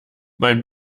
mein